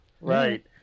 Right